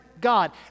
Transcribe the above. God